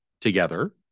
together